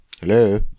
Hello